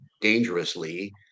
dangerously